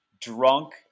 drunk